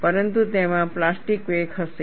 પરંતુ તેમાં પ્લાસ્ટિક વેક હશે